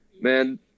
man